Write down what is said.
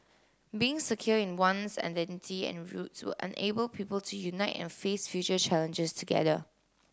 being secure in one's identity and roots will enable people to unite and face future challenges together